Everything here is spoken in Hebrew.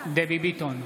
דבי ביטון,